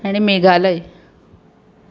आनी मेघालय